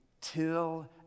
till